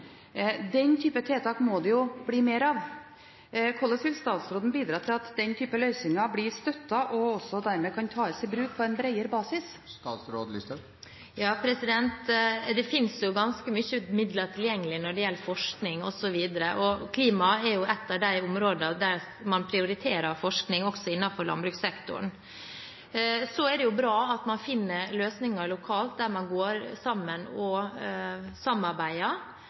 Den type tiltak må det bli mer av. Hvordan vil statsråden bidra til at den type løsninger blir støttet, og også dermed kan tas i bruk på en bredere basis? Det finnes ganske mye midler tilgjengelig når det gjelder forskning osv., og klimaet er et av de områdene der man prioriterer forskning også innenfor landbrukssektoren. Det er bra at man finner løsninger lokalt, der man går sammen og samarbeider.